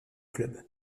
club